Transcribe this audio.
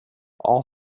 all